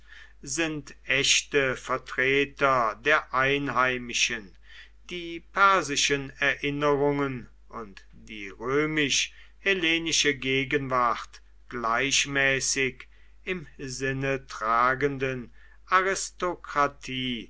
sind echte vertreter der einheimischen die persischen erinnerungen und die römisch hellenische gegenwart gleichmäßig im sinne tragenden aristokratie